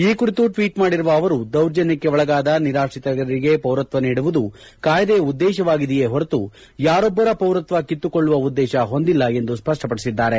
ಈ ಕುರಿತು ಟ್ವೀಟ್ ಮಾಡಿರುವ ಅವರು ದೌರ್ಜನ್ವಕ್ಕೆ ಒಳಗಾದ ನಿರಾತ್ರಿತರಿಗೆ ಪೌರತ್ವ ನೀಡುವುದು ಕಾಯ್ದೆಯ ಉದ್ದೇಶವಾಗಿದೆಯೇ ಹೊರತು ಯಾರೊಬ್ಬರ ಪೌರತ್ವ ಕಿತ್ತುಕೊಳ್ಳುವ ಉದ್ದೇಶ ಹೊಂದಿಲ್ಲ ಎಂದು ಸ್ವಪ್ಪಪಡಿಸಿದ್ದಾರೆ